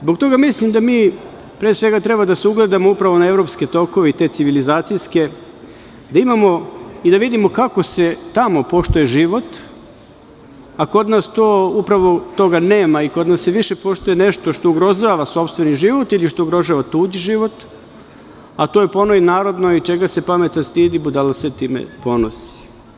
Zbog toga mislim da mi, pre svega, treba da se ugledamo upravo na evropske tokove i te civilizacijske, da imamo i da vidimo kako se tamo poštuje život, a kod nas upravo toga nema i kod nas se više poštuje nešto što ugrožava sopstveni život, ili što ugrožava tuđi život, a to je po onoj narodnoj „čega se pametan stidi, budala se time ponosi“